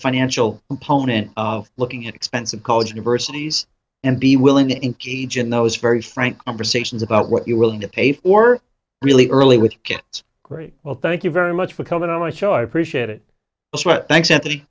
financial component of looking at expensive college university s and be willing to engage in those very frank conversations about what you're willing to pay for really early with it's great well thank you very much for coming on my show i appreciate it thanks ant